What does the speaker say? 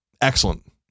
Excellent